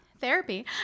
therapy